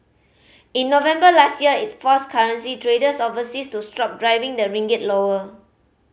in November last year it forced currency traders overseas to stop driving the ringgit lower